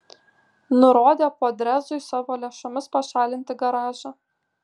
nurodė podrezui savo lėšomis pašalinti garažą